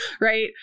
right